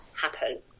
happen